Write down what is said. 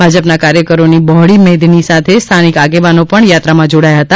ભાજપના કાર્યકરોની બહોળી મેદની સાથે સ્થાનિક આગેવાનો પણ યાત્રામાં જોડાયા હતા